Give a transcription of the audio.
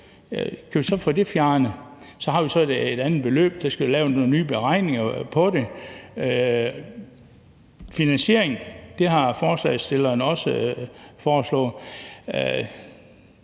om vi kan få det fjernet. Så har vi et andet beløb, og der skal så laves nogle nye beregninger på det. Finansieringen har forslagsstillerne også foreslået.